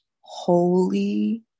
holy